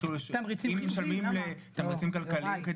אם משלמים תמריצים כלכליים,